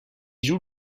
joue